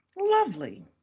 Lovely